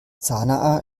sanaa